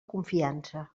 confiança